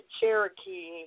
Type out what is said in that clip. Cherokee